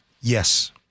yes